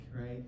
right